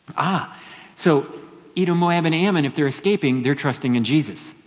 ah so edom, moab and ammon, if they're escaping they're trusting in jesus.